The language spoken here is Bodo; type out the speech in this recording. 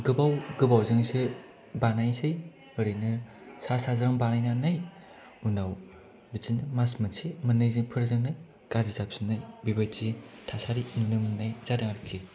गोबाव गोबावजोंसो बानायनोसै एरैनो सा साज्रां बानायनानै उनाव बिदिनो मास मोनसे मोननैफोरजोंनो गाज्रि जाफिन्नाय बेबायदि थासारि नुनो मोननाय जादों आरोखि